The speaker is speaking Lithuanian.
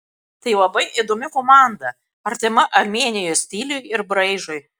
tai labai įdomi komanda artima armėnijos stiliui ir braižui